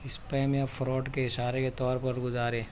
spam یا fraud کے اشارے کے طور پر گزارے